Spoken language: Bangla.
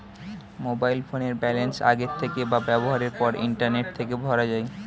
মোবাইল ফোনের ব্যালান্স আগের থেকে বা ব্যবহারের পর ইন্টারনেট থেকে ভরা যায়